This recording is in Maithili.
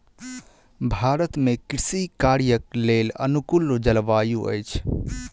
भारत में कृषि कार्यक लेल अनुकूल जलवायु अछि